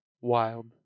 Wild